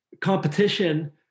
competition